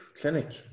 clinic